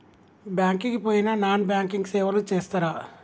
Bank కి పోయిన non banking సేవలు చేస్తరా?